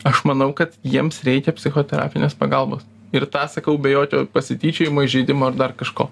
aš manau kad jiems reikia psichoterapinės pagalbos ir tą sakau be jokio pasityčiojimo įžeidimo ar dar kažko